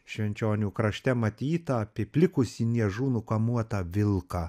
švenčionių krašte matytą apiplikusi niežų nukamuotą vilką